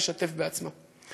לשתף בעצמו.